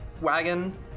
wagon